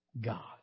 God